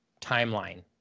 timeline